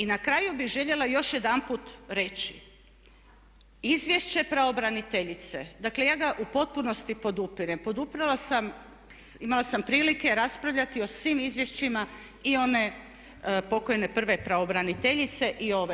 I na kraju bih željela još jedanput reći izvješće pravobraniteljice, dakle ja ga u potpunosti podupirem, poduprla sam, imala sam prilike raspravljati o svim izvješćima i one pokojne prve pravobraniteljice i ove.